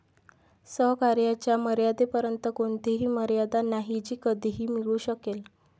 सहकार्याच्या मर्यादेपर्यंत कोणतीही मर्यादा नाही जी कधीही मिळू शकेल